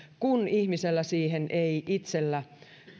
kun ihmisellä siihen ei itsellä